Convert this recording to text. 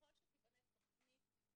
ככל שתיבנה תוכנית,